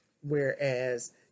Whereas